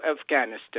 Afghanistan